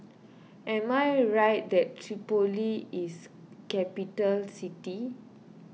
am I right that Tripoli is capital city